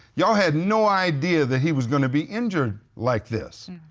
y'all had no idea that he was going to be injured like this.